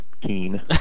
keen